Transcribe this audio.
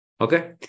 Okay